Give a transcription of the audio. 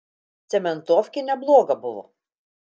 cementofkė nebloga buvo